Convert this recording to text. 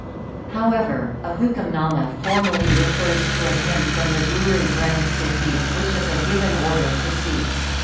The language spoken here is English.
however, a hukamnama formally refers to a hymn from the guru granth sahib which is a given order to sikhs.